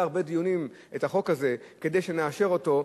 הרבה דיונים את החוק הזה כדי שנאשר אותו,